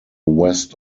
west